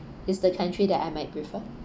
is the country that I might prefer